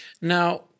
Now